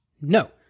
No